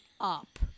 up